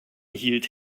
hielt